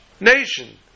nation